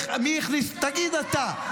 תגיד אתה,